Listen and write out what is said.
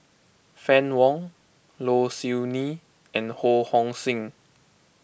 Fann Wong Low Siew Nghee and Ho Hong Sing